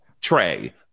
Trey